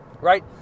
Right